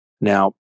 Now